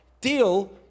deal